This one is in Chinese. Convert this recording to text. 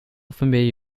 分别